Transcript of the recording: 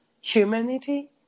humanity